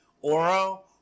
Oro